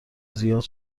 زیاد